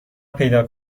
پیدا